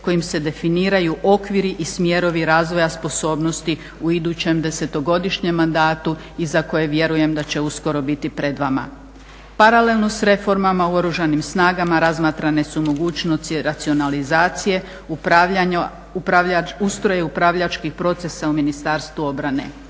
kojim se definiraju okviri i smjerovi razvoja sposobnosti u idućem 10-godišnjem mandatu i za koje vjerujem da će uskoro biti pred vama. Paralelno s reformama u Oružanim snagama razmatrane su mogućnosti racionalizacije, ustroja upravljačkih procesa u Ministarstvu obrane.